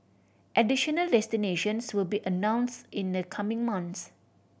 additional destinations will be announced in the coming months